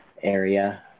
area